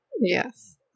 Yes